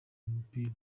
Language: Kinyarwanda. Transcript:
umupira